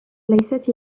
ليست